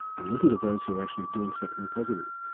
and listen to those who are actually doing something positive.